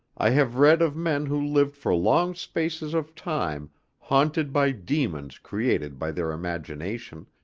i have read of men who lived for long spaces of time haunted by demons created by their imagination,